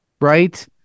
Right